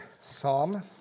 Psalm